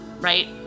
right